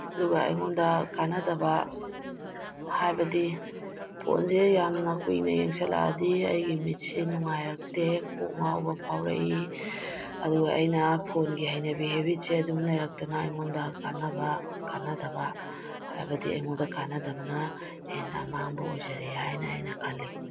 ꯑꯗꯨꯒ ꯑꯩꯉꯣꯟꯗ ꯀꯥꯟꯅꯗꯕ ꯍꯥꯏꯕꯗꯤ ꯐꯣꯟꯁꯦ ꯌꯥꯝꯅ ꯀꯨꯏꯅ ꯌꯦꯡꯁꯤꯜꯂꯛꯑꯗꯤ ꯑꯩꯒꯤ ꯃꯤꯠꯁꯦ ꯅꯨꯡꯉꯥꯏꯔꯛꯇꯦ ꯀꯣꯛ ꯉꯥꯎꯕ ꯐꯥꯎꯔꯛꯏ ꯑꯗꯨꯒ ꯑꯩꯅ ꯐꯣꯟꯒꯤ ꯍꯩꯅꯕꯤ ꯍꯦꯕꯤꯠꯁꯦ ꯑꯗꯨꯝ ꯂꯩꯔꯛꯇꯅ ꯑꯩꯉꯣꯟꯗ ꯀꯥꯟꯅꯕ ꯀꯥꯟꯅꯗꯕ ꯍꯥꯏꯕꯗꯤ ꯑꯩꯉꯣꯟꯗ ꯀꯥꯟꯅꯗꯕꯅ ꯍꯦꯟꯅ ꯑꯃꯥꯡꯕ ꯑꯣꯏꯖꯔꯦ ꯍꯥꯏꯅ ꯑꯩꯅ ꯈꯜꯂꯤ